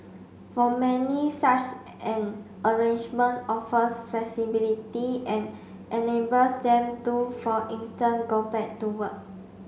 for many such an arrangement offers flexibility and enables them to for instance go back to work